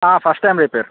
first time repair